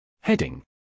Heading